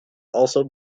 also